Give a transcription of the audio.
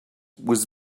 was